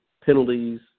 penalties